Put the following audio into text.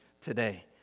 today